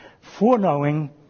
foreknowing